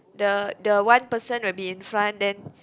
the the one person will be in front then